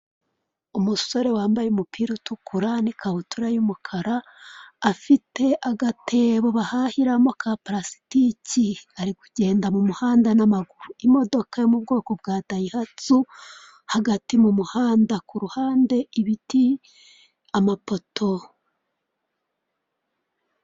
Umusore wambaye umupira utukura n'ikabutura y'umukara afite agatebo bahahiramo ka purasitiki ari kugenda mu muhanda n'amaguru, imodoka yo mu bwoko bwa dayihatsu hagati mu muhanda, ku ruhande ibiti, amapoto.